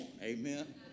Amen